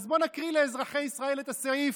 אז בוא נקריא לאזרחי ישראל את הסעיף,